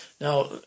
Now